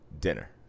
dinner